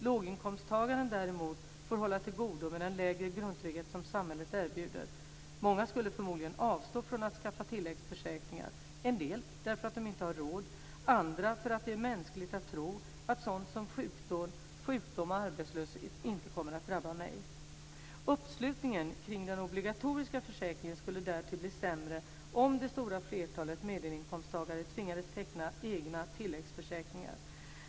Låginkomsttagaren, däremot, får hålla till godo med den lägre grundtrygghet som samhället erbjuder. Många skulle förmodligen avstå från att skaffa tilläggsförsäkringar - en del därför att de inte har råd, andra för att det är mänskligt att tro att sådant som sjukdom och arbetslöshet inte kommer att drabba en själv. Uppslutningen kring den obligatoriska försäkringen skulle därtill bli sämre om det stora flertalet medelinkomsttagare tvingades teckna egna tilläggsförsäkringar.